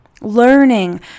Learning